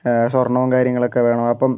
സ്വർണ്ണവും കാര്യങ്ങളൊക്കെ വേണം അപ്പം